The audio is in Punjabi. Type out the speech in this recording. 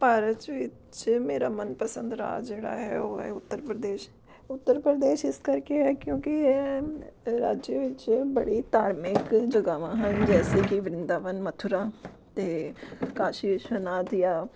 ਭਾਰਤ ਵਿੱਚ ਮੇਰਾ ਮਨਪਸੰਦ ਰਾਜ ਜਿਹੜਾ ਹੈ ਉਹ ਹੈ ਉੱਤਰ ਪ੍ਰਦੇਸ਼ ਉੱਤਰ ਪ੍ਰਦੇਸ਼ ਇਸ ਕਰਕੇ ਹੈ ਕਿਉਂਕਿ ਇਹ ਇਹ ਰਾਜੇਯ ਵਿੱਚ ਬੜੀ ਧਾਰਮਿਕ ਜਗਾਵਾਂ ਹਨ ਜੈਸੇ ਕਿ ਵਰਿੰਦਾਵਨ ਮਥੁਰਾ ਅਤੇ ਕਾਸ਼ੀ ਵਿਸ਼ਵਨਾਥ ਜਾਂ